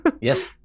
Yes